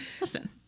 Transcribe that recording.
Listen